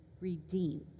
redeemed